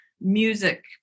music